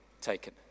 taken